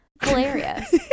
Hilarious